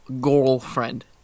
girlfriend